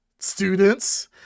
students